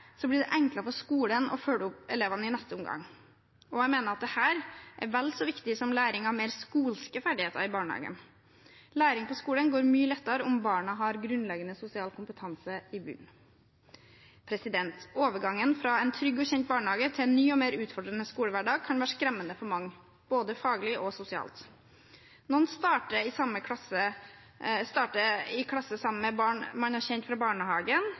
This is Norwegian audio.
blir det enklere for skolen å følge opp elevene i neste omgang. Jeg mener at dette er vel så viktig som læring av mer «skolske» ferdigheter i barnehagen. Læring på skolen går mye lettere om barna har grunnleggende sosial kompetanse i bunnen. Overgangen fra en trygg og kjent barnehage til en ny og mer utfordrende skolehverdag kan være skremmende for mange, både faglig og sosialt. Noen starter i klasse sammen med barn man har kjent fra barnehagen,